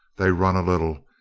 they run a little.